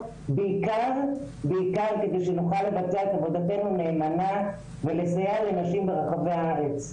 בעיקר כדי שנוכל לבצע את עבודתנו נאמנה ולסייע לנשים ברחבי הארץ.